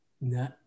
No